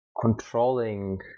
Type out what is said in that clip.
controlling